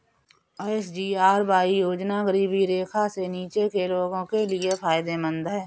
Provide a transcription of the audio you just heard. SGRY योजना गरीबी रेखा से नीचे के लोगों के लिए फायदेमंद है